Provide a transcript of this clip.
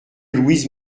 louise